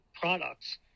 products